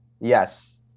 Yes